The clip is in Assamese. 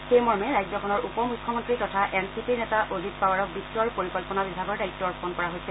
সেই মৰ্মে ৰাজ্যখনৰ উপ মুখ্যমন্ত্ৰী তথা এন চি পিৰ নেতা অজিত পাৱাৰক বিত্ত আৰু পৰিকল্পনা বিভাগৰ দায়িত্ব অৰ্পণ কৰা হৈছে